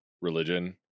religion